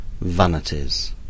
vanities